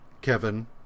Kevin